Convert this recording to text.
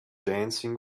dancing